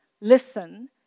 Listen